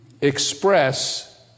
express